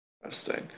Interesting